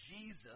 Jesus